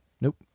nope